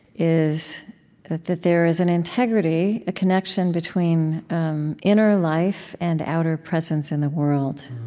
is that there is an integrity, a connection between um inner life and outer presence in the world.